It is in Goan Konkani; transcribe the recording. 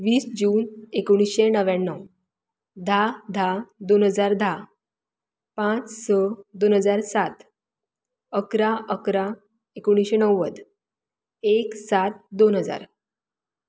वीस जून एकोणिशे णव्याण्णव धा धा दोन हजार धा पांच स दोन हजार सात इकरा इकरा एकोणिशे णव्वद एक सात दोन हजार